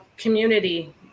Community